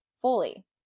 fully